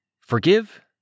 Forgive